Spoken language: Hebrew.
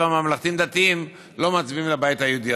הממלכתיים-דתיים לא מצביעים לבית היהודי,